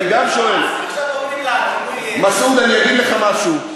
מסעוד, אני אגיד לך משהו.